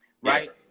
right